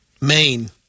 Maine